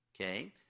Okay